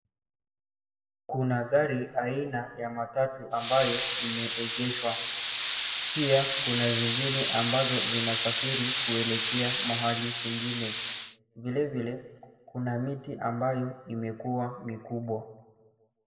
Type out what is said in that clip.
Kuna gari aina ya matatu ambayo imeegeshwa. Pia kuna zingine ambazo zinasafiri kuelekea mahali ingine. Vile vile , kuna miti ambayo imekuwa mikubwa.